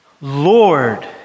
Lord